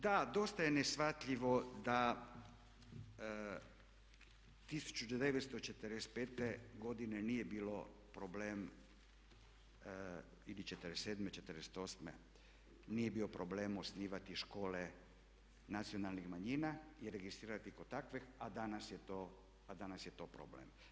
Da, dosta je neshvatljivo da 1945. godine nije bilo problem ili '47., '48. nije bio problem osnivati škole nacionalnih manjina i registrirati kao takve, a danas je to problem.